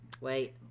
Wait